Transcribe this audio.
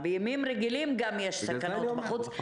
גם בימים רגילים יש סכנות בחוץ.